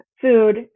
food